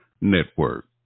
Network